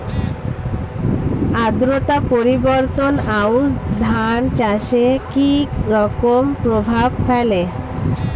আদ্রতা পরিবর্তন আউশ ধান চাষে কি রকম প্রভাব ফেলে?